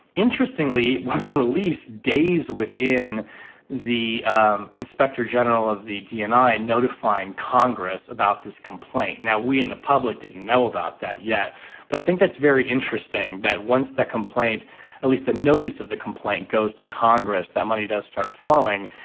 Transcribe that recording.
interestingly it was released days within the um inspector general of the dni notifying congress about this complaint now we in the public didn't know about that yet but i think it's very interesting that once that complaint at least the notice of the complaint goes to congress that money does start flowing.